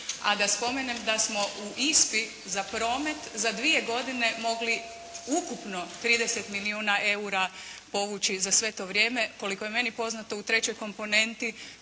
a da spomenem da smo u ISPI za promet, za dvije godine mogli ukupno 30 milijuna eura povući za sveto vrijeme. Koliko je meni poznato, u trećoj komponenti